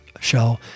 show